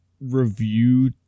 review